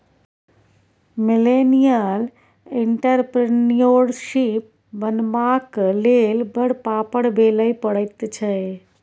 millennial entrepreneurship बनबाक लेल बड़ पापड़ बेलय पड़ैत छै